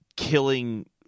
Killing